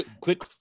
Quick